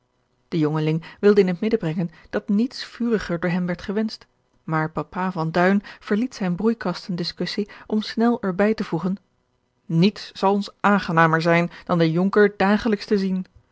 jongeling wilde in het midden brengen dat niets vuriger door hem werd gewenscht maar papa van duin verliet zijne broeikasten discussie om snel er bij te voegen niets zal ons aangenamer zijn dan den jonker dagelijks te zien